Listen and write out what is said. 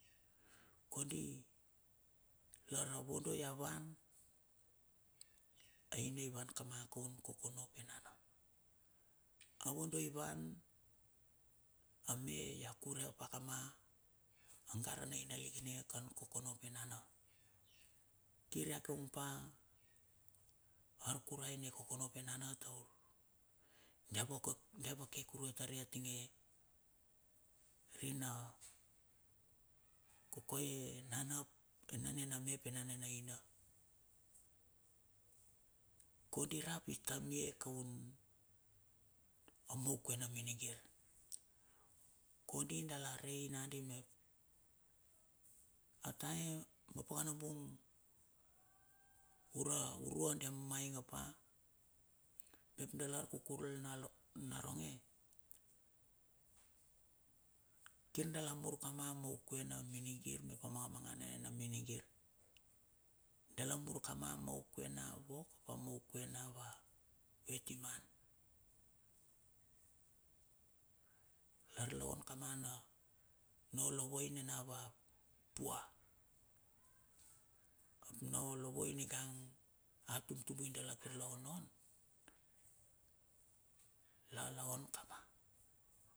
Kondi lar a vondo ia van. Aine van kama kun kokono inana. A vodoo i van a me ia kure pa kama a gara na ine lik ininge kan kokono ap enana. Kir i a keung pa arkurai ne kokono ap enana tour dia wok dia vake kuru e tari a tinge re na koko e nanap enane na me ap anane na ina, kondi rap i tami kaun a maukue na minigir. Kondi dala rei nakandi mep a taem a pakana bung ura ura dia mainga pa, mep dala lar kukul na naronge, kir dala mur kama moukue na minigir mep ap manga magana ne na minigir. Dala mur kama a moukue na vok a moukue na ma vetiman. Lar la on kama na, na olovoi ne na va pua, ap na olovoi nigang atum tumbui dala kir la on on la la on kama.